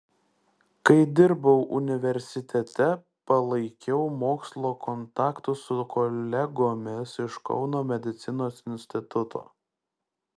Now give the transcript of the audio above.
kai dirbau universitete palaikiau mokslo kontaktus su kolegomis iš kauno medicinos instituto